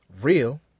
real